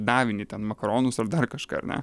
davinį ten makaronus ar dar kažką ar ne